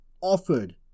offered